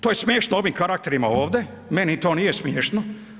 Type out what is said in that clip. To je smiješno ovim karakterima ovdje, meni to nije smiješno.